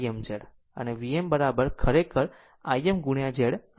આમ Vm ખરેખર મુલ્ય Im Z